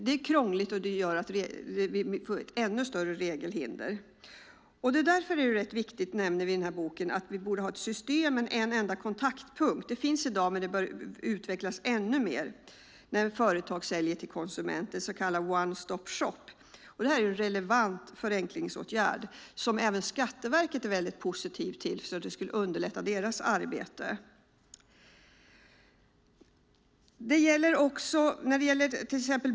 Det är krångligt och innebär ett ännu större hinder. Som vi nämner i boken borde vi ha ett system med en enda kontaktpunkt när företag säljer till konsument, så kallad one stop shop. Det finns i dag, men borde utvecklas mer. Det är en relevant förenklingsåtgärd som även Skatteverket är positivt till eftersom det skulle underlätta deras arbete.